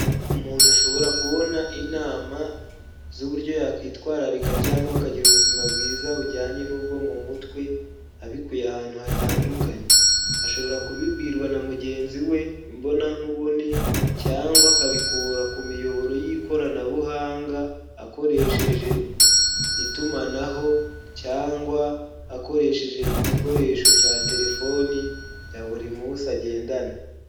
Umuntu ashobora kubona inama z'uburyo yakitwararika cyangwa akagira ubuzima bwiza bujyanye n'ubwo mu mutwe abikuye ahantu hatandukanye, ashobora kubibwirwa na mugenzi we, imbonankubone cyangwa akabikura ku miyoboro y'ikoranabuhanga akoresheje itumanaho cyangwa akoresheje igikoresho cya terefoni ya buri munsi agendandana.